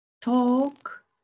talk